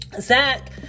Zach